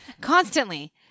Constantly